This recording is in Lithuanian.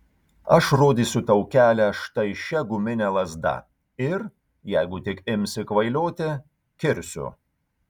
aš rodysiu tau kelią štai šia gumine lazda ir jeigu tik imsi kvailioti kirsiu